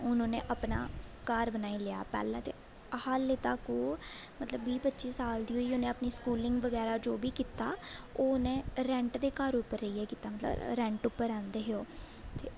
हून उन्नै अपना घर बनाई लेआ पैह्लें ते हालें तक ओह् मतलब बीह् पज्जी साल दी होई उन्नै अपनी स्कूलिंग बगैरा जो बी कीता ओह् उन्नै रैंट दे घर उप्पर रेहियै कीता मतलब रैंट उप्पर रैंदे हे ओह् ते